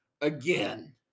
again